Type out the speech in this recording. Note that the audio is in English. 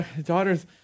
daughter's